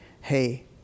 Hey